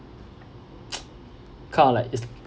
kind of like it's